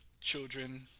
children